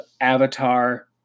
avatar